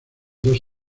dos